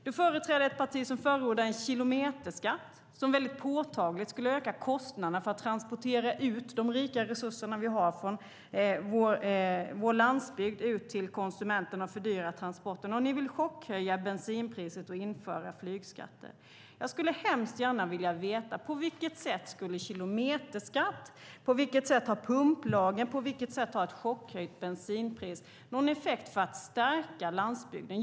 Du företräder ett parti som förordar en kilometerskatt som påtagligt skulle öka kostnaderna för att transportera ut de rika resurser som vi har från vår landsbygd till konsumenterna. Ni vill också chockhöja bensinpriset och införa flygskatter. Jag skulle gärna vilja veta på vilket sätt en kilometerskatt, pumplagen och ett chockhöjt bensinpris har någon effekt för att stärka landsbygden.